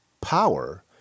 power